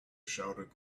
shouted